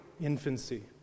infancy